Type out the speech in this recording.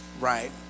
Right